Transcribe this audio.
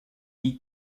lee